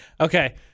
Okay